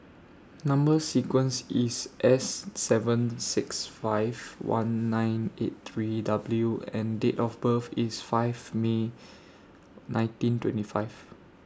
Number sequence IS S seven six five one nine eight three W and Date of birth IS five May nineteen twenty five